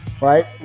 right